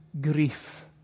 grief